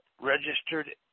registered